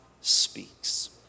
speaks